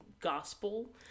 gospel